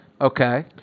Okay